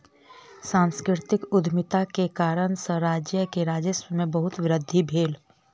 सांस्कृतिक उद्यमिता के कारणेँ सॅ राज्य के राजस्व में बहुत वृद्धि भेल